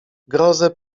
grozę